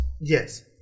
Yes